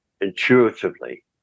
intuitively